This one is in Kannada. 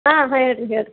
ಹಾಂ ಹೇಳಿರಿ ಹೇಳಿರಿ